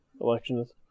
elections